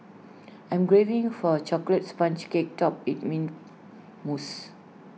I'm craving for A Chocolates Sponge Cake Topped with Mint Mousse